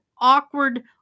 awkward